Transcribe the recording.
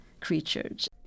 creatures